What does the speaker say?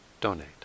donate